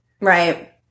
Right